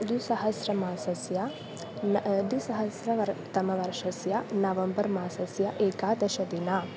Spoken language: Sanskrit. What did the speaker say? द्विसहस्रमासस्य द्विसहस्रतमवर्षस्य नवम्बर् मासस्य एकादशदिनाङ्कः